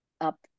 up